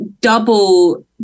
double